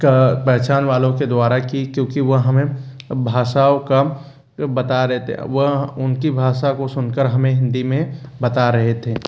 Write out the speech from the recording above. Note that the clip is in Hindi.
पहचान वालों के द्वारा की क्योंकि वो हमें भाषाओं का बता रहे थे वह उनकी भाषा को सुनकर हमें हिन्दी में बता रहे थे